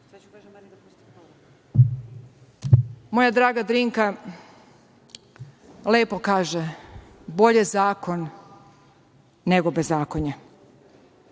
draga Drinka lepo kaže - bolje zakon, nego bezakonje.